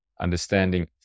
understanding